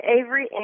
Avery